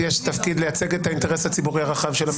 יש תפקיד לייצג את האינטרס הציבורי הרחב של המדינה?